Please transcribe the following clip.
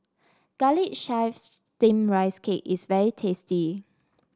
Garlic Chives Steamed Rice Cake is very tasty